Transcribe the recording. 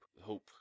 Hope